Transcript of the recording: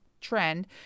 trend